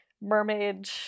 mermaid